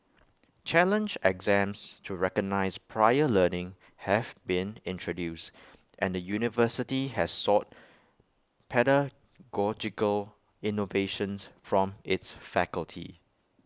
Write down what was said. challenge exams to recognise prior learning have been introduced and the university has sought pedagogical innovations from its faculty